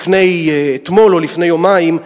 אתמול או לפני יומיים,